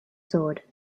sword